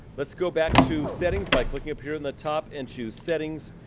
let's go back to settings by clicking up here in the top and choose settings.